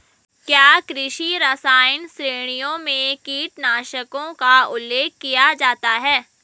क्या कृषि रसायन श्रेणियों में कीटनाशकों का उल्लेख किया जाता है?